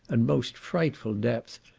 and most frightful depth,